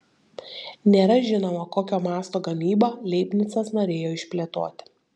nėra žinoma kokio masto gamybą leibnicas norėjo išplėtoti